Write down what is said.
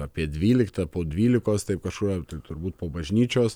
apie dvyliktą po dvylikos taip kažkur turbūt po bažnyčios